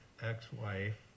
ex-wife